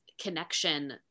connection